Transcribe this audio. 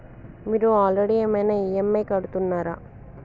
మీరు ఆల్రెడీ ఏమైనా ఈ.ఎమ్.ఐ కడుతున్నారా?